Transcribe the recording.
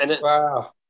Wow